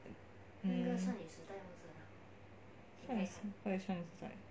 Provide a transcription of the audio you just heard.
hmm 少女时代 what is 少女时代